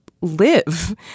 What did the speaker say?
live